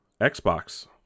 Xbox